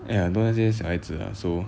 !aiya! over there 很多小孩子 lah so